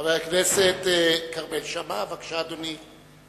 חבר הכנסת כרמל שאמה, בבקשה, אדוני.